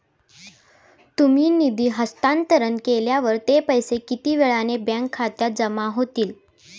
तुम्ही निधी हस्तांतरण केल्यावर ते पैसे किती वेळाने बँक खात्यात जमा होतील?